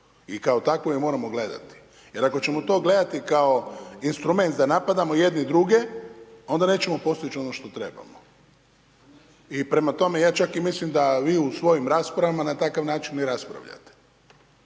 I kao takvu je moramo gledati. Jer ako ćemo to gledati kao instrument da napadamo jedni i druge, onda nećemo postići ono što trebamo. I prema tome, ja čak i mislim da vi u svojim raspravama na takav način i raspravljate.